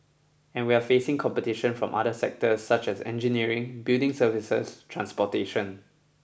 and we're facing competition from the other sectors such as engineering building services transportation